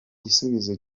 gisubizo